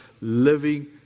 living